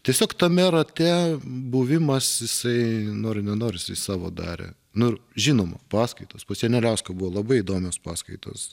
tiesiog tame rate buvimas jisai nori nenori jisai savo darė nu ir žinoma paskaitos pas joneliauską buvo labai įdomios paskaitos